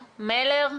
מלר,